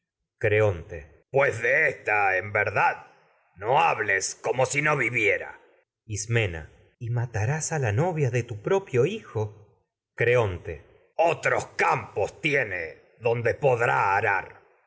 antígona creonte pues si de ésta en verdad no hables como no viviera ismena y matarás a la novia de tu propio hijo otros campos tiene donde no como creonte podrá arar